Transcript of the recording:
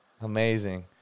Amazing